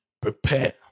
Prepare